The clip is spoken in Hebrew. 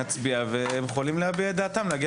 נצביע והם יכולים להביע את דעתם - להגיע